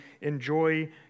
enjoy